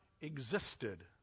existed